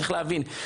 צריך להבין,